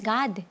God